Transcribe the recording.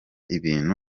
ibintu